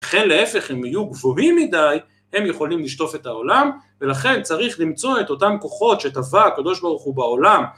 ולכן להפך אם היו גבוהים מדי הם יכולים לשטוף את העולם ולכן צריך למצוא את אותן כוחות שטבע הקדוש ברוך הוא בעולם